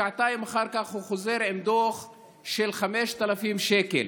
שעתיים אחר כך הוא חוזר עם דוח של 5,000 שקל.